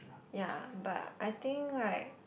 ya but I think like